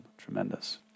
tremendous